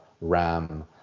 ram